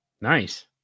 Nice